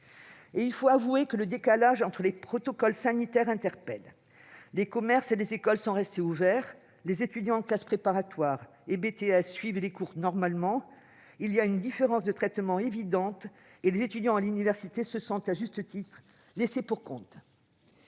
Il faut avouer que le décalage entre les protocoles sanitaires nous interpelle. Les commerces et les écoles sont restés ouverts ; les étudiants en classes préparatoires et en BTS suivent des cours normalement. Il y a une différence de traitement évidente et les étudiants à l'université se sentent, à juste titre, laissés pour compte.